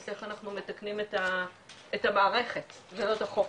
איך אנחנו מתקנים את המערכת ולא את החוק.